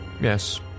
Yes